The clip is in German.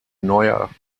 neuer